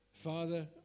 Father